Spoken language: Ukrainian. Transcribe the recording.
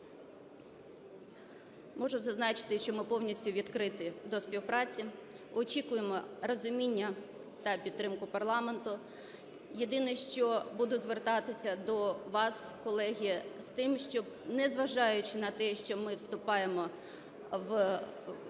Можу зазначити, що ми повністю відкриті до співпраці, очікуємо розуміння та підтримку парламенту. Єдине, що буду звертатися до вас, колеги, з тим, щоб, незважаючи на те, що ми вступаємо в